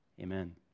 amen